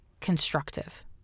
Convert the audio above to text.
constructive